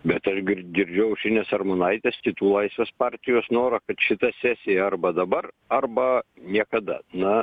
bet aš gir girdžiu aušrinės armonaitės kitų laisvės partijos norą kad šita sesija arba dabar arba niekada na